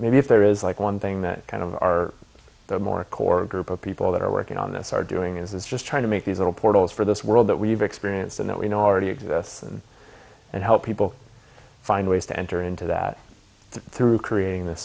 maybe if there is like one thing that kind of are the more core group of people that are working on this are doing is just trying to make these little portals for this world that we've experienced and that we know already exists and help people find ways to enter into that through creating th